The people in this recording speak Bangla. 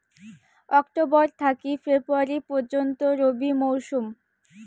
অক্টোবর থাকি ফেব্রুয়ারি পর্যন্ত রবি মৌসুম